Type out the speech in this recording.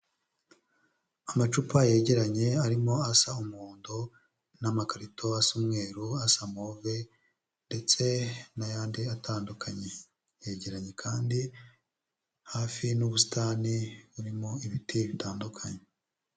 Amacupa yegeranye arimo asa umuhondo n'amakarito asa umweru, asa move ndetse n'ayandi atandukanye, yegeranye kandi hafi n'ubusitani burimo ibiti bitandukanye.